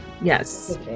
Yes